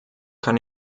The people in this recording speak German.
kann